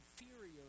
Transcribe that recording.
inferior